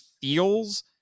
feels